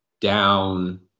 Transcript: down